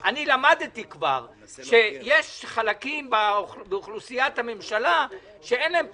אני למדתי כבר שיש חלקים באוכלוסיית הממשלה שאין להם פתרונות.